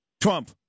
Trump